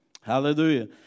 Hallelujah